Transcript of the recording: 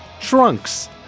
trunks